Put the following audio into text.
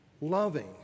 loving